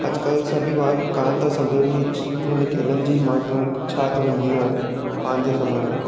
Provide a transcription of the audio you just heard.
अॼुकल्ह सभेई ॿार कान था समुझनि हिन खेलनि जी महत्वु छा त हूंदी आहे पंहिंजे समय में